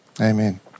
Amen